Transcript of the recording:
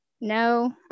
no